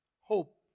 hope